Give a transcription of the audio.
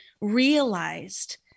realized